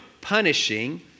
punishing